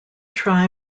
try